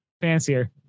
fancier